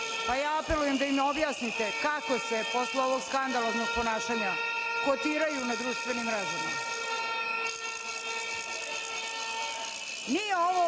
važno. Apelujem da im objasnite kako se posle ovog skandaloznog ponašanja kotiraju na društvenim mrežama. Nije ovo